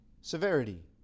severity